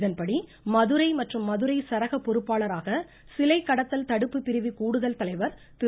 இதன்படி மதுரை மற்றும் மதுரை சரக பொறுப்பாளராக சிலை கடத்தல் தடுப்பு பிரிவு கூடுதல் தலைவர் திரு